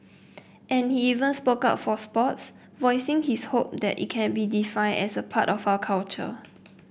and he even spoke up for sports voicing his hope that it can be defined as part of our culture